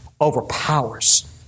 overpowers